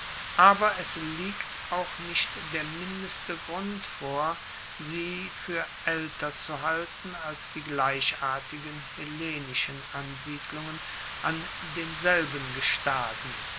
aber es liegt auch nicht der mindeste grund vor sie fuer aelter zu halten als die gleichartigen hellenischen ansiedlungen an denselben gestaden